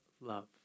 love